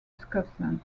scotland